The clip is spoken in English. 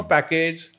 Package